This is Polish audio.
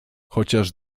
chociaż